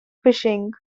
fishing